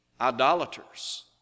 idolaters